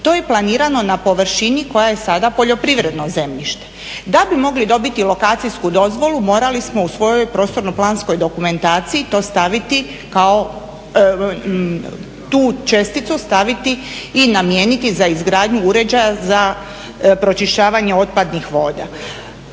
To je planirano na površini koja je sada poljoprivredno zemljište. Da bi mogli dobiti lokacijsku dozvolu morali smo u svojoj prostorno-planskoj dokumentaciji tu česticu staviti i namijeniti za izgradnju uređaja za pročišćavanje otpadnih voda.